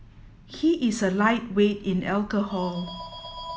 he is a lightweight in alcohol